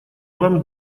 вам